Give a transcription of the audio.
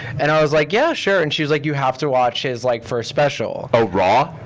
and i was like, yeah, sure. and she's like, you have to watch his like first special. oh, raw?